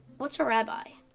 what's ah rabbi?